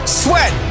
sweat